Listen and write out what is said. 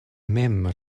mem